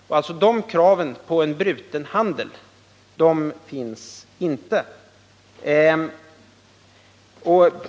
Några krav på avbruten handel finns alltså inte.